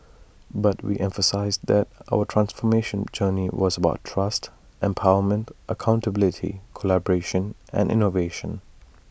but we emphasised that our transformation journey was about trust empowerment accountability collaboration and innovation